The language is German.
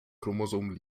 chromosom